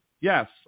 Yes